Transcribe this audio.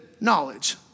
knowledge